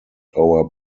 our